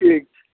ठीक छै